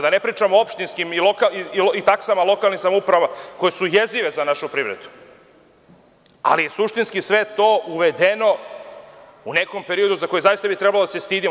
Da ne pričamo o opštinskim i taksama lokalnih samouprava koje su jezive za našu privredu, ali je suštinski sve to uvedeno u nekom periodu za koji bi zaista trebalo da se stidimo.